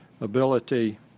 ability